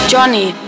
Johnny